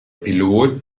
pilot